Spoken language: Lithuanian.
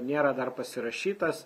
nėra dar pasirašytas